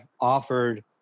offered